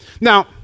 Now